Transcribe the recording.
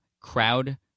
crowd